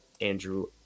Andrew